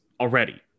already